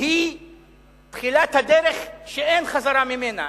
היא תחילת הדרך שאין חזרה ממנה.